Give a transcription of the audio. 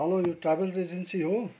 hello यो travels agency हो